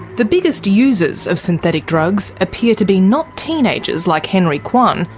the biggest users of synthetic drugs appear to be not teenagers like henry kwan,